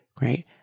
right